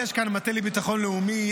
יש כאן המטה לביטחון לאומי,